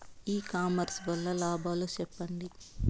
ఇ commerce వల్ల లాభాలు సెప్పండి?